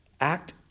act